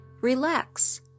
Relax